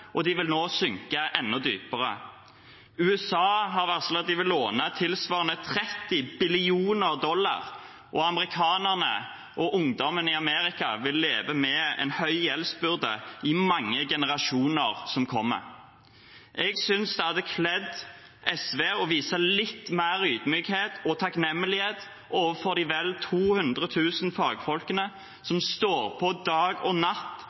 og de vil nå synke enda dypere. USA har varslet at de vil låne tilsvarende 30 billioner dollar, og amerikanerne og ungdommene i Amerika vil leve med en stor gjeldsbyrde i mange generasjoner som kommer. Jeg synes det hadde kledd SV å vise litt mer ydmykhet og takknemlighet overfor de vel 200 000 fagfolkene som står på dag og natt